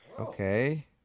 Okay